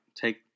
take